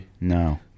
No